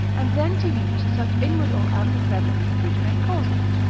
and then to use such inward or outward remedies, which may cause it.